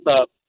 up